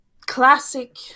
classic